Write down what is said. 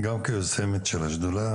גם כיוזמת של השדולה,